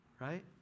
right